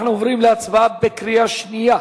אנחנו עוברים להצבעה בקריאה שנייה.